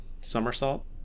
Somersault